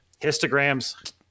Histograms